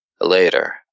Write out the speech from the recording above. later